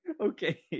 Okay